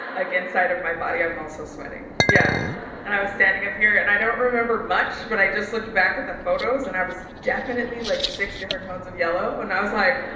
like inside of my body i'm also sweating, yeah and i was standing up here and i don't remember much but i just looked back at the photos and i was definitely like six different tones of yellow and i was like,